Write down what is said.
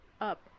up